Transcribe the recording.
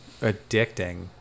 addicting